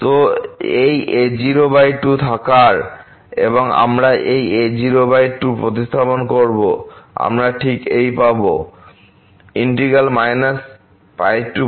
তো এই α02 থাকার এবং আমরা এই α0 2 প্রতিস্থাপন করবোআমরা ঠিক এই পাবো